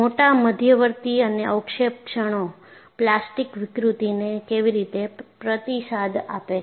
મોટા મધ્યવર્તી અને અવક્ષેપ કણો પ્લાસ્ટિક વિકૃતિને કેવી રીતે પ્રતિસાદ આપે છે